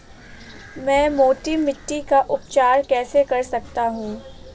मैं मोटी मिट्टी का उपचार कैसे कर सकता हूँ?